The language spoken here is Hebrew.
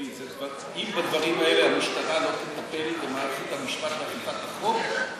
אם בדברים האלה המשטרה לא תטפל ומערכת המשפט ומערכת אכיפת החוק,